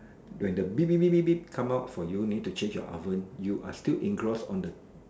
when the beep beep beep come out for you need to change your oven you are still engrossed on the